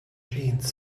jeans